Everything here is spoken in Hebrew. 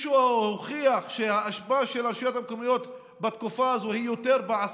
מישהו הוכיח שהאשפה של הרשויות המקומיות בתקופה הזאת היא יותר מעסקים?